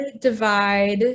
divide